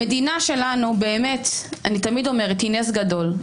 המדינה שלנו אני תמיד אומרת היא נס גדול.